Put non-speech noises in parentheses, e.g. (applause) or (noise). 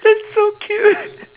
that's so cute (laughs)